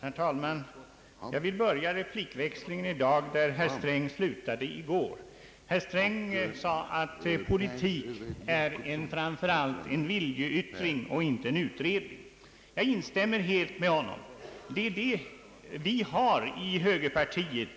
Herr talman! Jag vill börja replikväxlingen i dag där herr Sträng slutade i går. Herr Sträng sade att politik framför allt är en viljeyttring och inte en utredning. Jag instämmer helt med honom. Vi har i högerpartiet